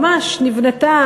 ממש נבנתה